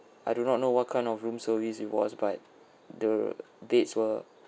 I do not know what kind of room service it was but the beds were